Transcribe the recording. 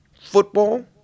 football